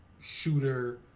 shooter